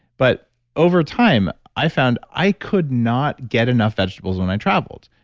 but over time i found i could not get enough vegetables when i traveled.